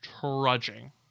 trudging